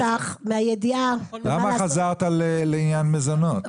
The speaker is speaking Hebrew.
למה חזרת לעניין מזונות?